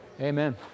Amen